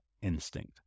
instinct